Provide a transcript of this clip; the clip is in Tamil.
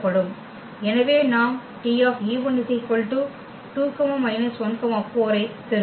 எனவே நாம் T 2 −14 பெறுவோம்